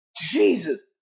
Jesus